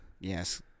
Yes